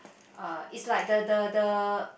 uh is like the the the